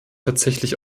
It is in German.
tatsächlich